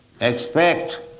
expect